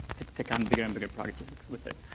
take on bigger and bigger projects with it.